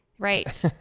Right